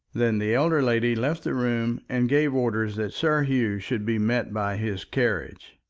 then the elder lady left the room and gave orders that sir hugh should be met by his carriage.